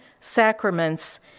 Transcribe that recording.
sacraments